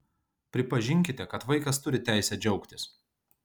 pripažinkite kad vaikas turi teisę džiaugtis